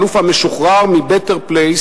האלוף המשוחרר מ"Better Place"